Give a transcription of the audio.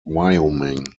wyoming